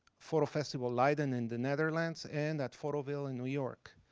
fall festival leiden in the netherlands and at photoville in new york.